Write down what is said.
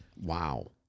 Wow